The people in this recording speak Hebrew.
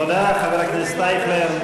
תודה, חבר הכנסת אייכלר.